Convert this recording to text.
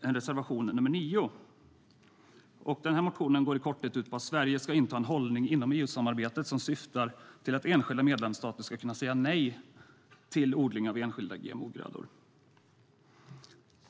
till reservation nr 9. Motionen går i korthet ut på att Sverige ska inta en hållning inom EU-samarbetet som syftar till att enskilda medlemsstater ska kunna säga nej till odling av enskilda GMO-grödor.